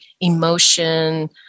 emotion